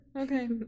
Okay